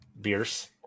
beers